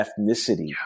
ethnicity